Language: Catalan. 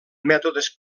mètodes